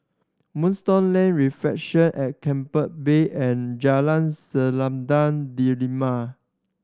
Moonstone Lane Reflection at Keppel Bay and Jalan Selendang Delima